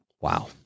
Wow